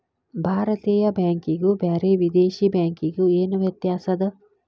ಭಾರತೇಯ ಬ್ಯಾಂಕಿಗು ಬ್ಯಾರೆ ವಿದೇಶಿ ಬ್ಯಾಂಕಿಗು ಏನ ವ್ಯತ್ಯಾಸದ?